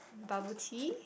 bubble tea